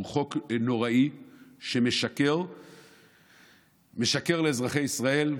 חוק נוראי שמשקר לאזרחי ישראל,